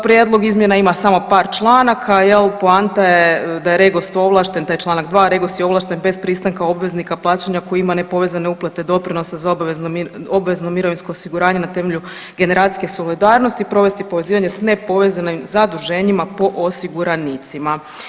Prijedlog izmjena ima samo par članaka, poanta je da je REGOS ovlašten, taj čl. 2, REGOS je ovlašten bez pristanka obveznika plaćanja koji ima nepovezane uplate doprinosa za obvezno mirovinsko osiguranje na temelju generacijske solidarnosti provesti povezivanje s nepovezanih zaduženjima po osiguranicima.